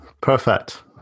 Perfect